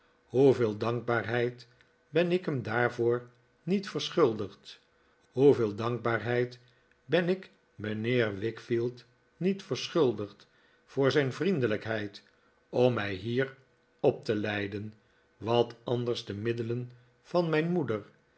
hoeveel dankbaarheid ben ik hem daarvoor niet verschuldigd hoeveel dankbaarheid ben ik mijnheer wickfield niet verschuldigd voor zijn vriendelijkheid om mij hier op te leiden wat anders de middelen van mijn moeder